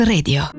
Radio